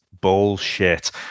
Bullshit